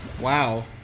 Wow